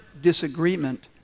disagreement